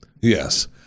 yes